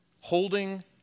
holding